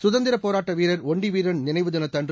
சுதந்திரப் போராட்ட வீரர் ஒண்டிவீரன் நினைவு தினத்தன்று